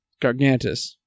gargantus